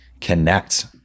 connect